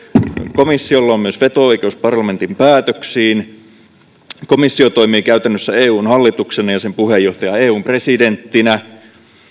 komissiolla on myös veto oikeus parlamentin päätöksiin komissio toimii käytännössä eun hallituksena ja sen puheenjohtaja eun presidenttinä